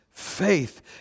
Faith